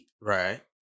right